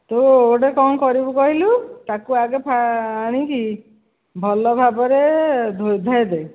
ତୁ ଗୋଟେ କ'ଣ କରିବୁ କହିଲୁ ତାକୁ ଆଗେ ଆଣିକି ଭଲ ଭାବରେ ଧାଇ ଧାଇଦେ